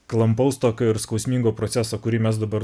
klampaus tokio ir skausmingo proceso kurį mes dabar